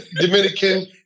Dominican